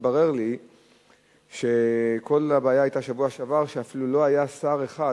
התברר לי שכל הבעיה בשבוע שעבר היתה שאפילו לא היה שר אחד